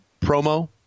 promo